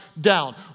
down